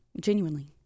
genuinely